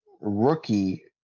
rookie